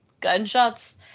gunshots